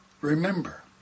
Remember